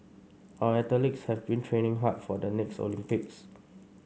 our athletes have been training hard for the next Olympics